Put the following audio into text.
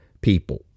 people